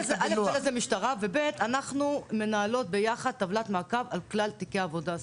"פלס" זה משטרה וכן אנחנו מנהלות ביחד טבלת מעקב על כלל תיקי העבודה.